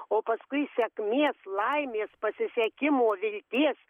o paskui sekmės laimės pasisekimo vilties